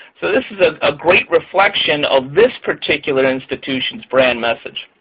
so this is a ah great reflection of this particular institution's brand message.